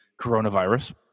coronavirus